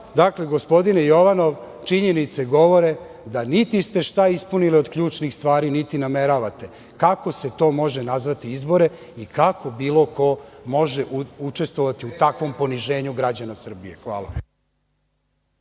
Dakle, gospodine Jovanov, činjenice govore da niti ste šta ispunili od ključnih stvari, niti nameravate. Kako se to može nazvati izborima i kako bilo ko može učestvovati u takvom poniženju građana Srbije? Hvala.